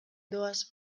doaz